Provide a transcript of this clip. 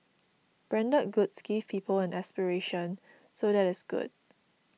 branded goods give people an aspiration so that is good